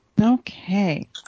Okay